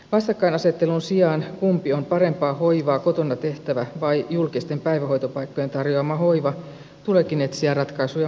vastakkainasettelun sijaan kumpi on parempaa hoivaa kotona tehtävä vai julkisten päivähoitopaikkojen tarjoama hoiva tuleekin etsiä ratkaisuja muualta